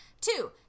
Two